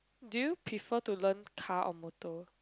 do you prefer to learn car or motor